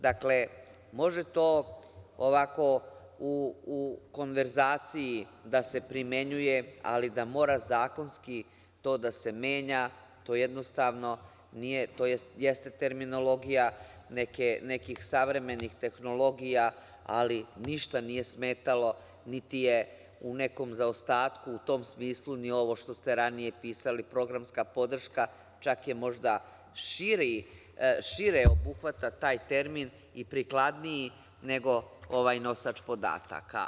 Dakle, može to ovako u konverzaciji da se primenjuju, ali da mora zakonski to da se menja, to jednostavno nije, tj. jeste terminologija nekih savremenih tehnologija, ali ništa nije smetalo, niti je u nekom zaostatku u tom smislu ni ovo što ste ranije pisali - programska podrška, čak možda šire obuhvata taj termin i prikladniji je nego ovaj nosač podataka.